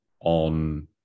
on